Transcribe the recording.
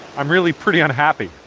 i'm really pretty unhappy.